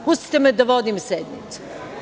Pustite me da vodim sednicu.